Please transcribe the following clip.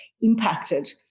impacted